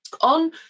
On